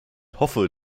hoffe